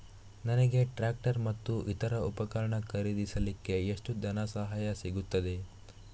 ನನಗೆ ಟ್ರ್ಯಾಕ್ಟರ್ ಮತ್ತು ಇತರ ಉಪಕರಣ ಖರೀದಿಸಲಿಕ್ಕೆ ಎಷ್ಟು ಧನಸಹಾಯ ಸಿಗುತ್ತದೆ?